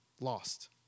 lost